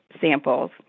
samples